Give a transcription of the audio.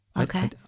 Okay